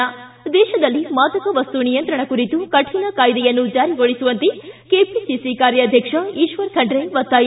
ಿ ದೇಶದಲ್ಲಿ ಮಾದಕ ವಸ್ತು ನಿಯಂತ್ರಣ ಕುರಿತು ಕಠಿಣ ಕಾಯ್ವೆಯನ್ನು ಜಾರಿಗೊಳಿಸುವಂತೆ ಕೆಪಿಸಿಸಿ ಕಾರ್ಯಾಧ್ಯಕ್ಷ ಈಶ್ವರ್ ಖಂಡ್ರೆ ಒತ್ತಾಯ